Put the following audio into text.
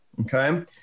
okay